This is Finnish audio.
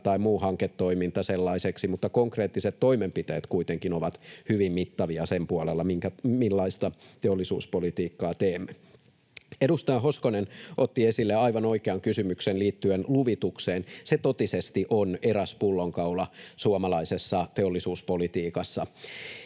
tai muu hanketoiminta, mutta konkreettiset toimenpiteet kuitenkin ovat hyvin mittavia sen puolella, millaista teollisuuspolitiikkaa teemme. Edustaja Hoskonen otti esille aivan oikean kysymyksen liittyen luvitukseen. Se totisesti on eräs pullonkaula suomalaisessa teollisuuspolitiikassa.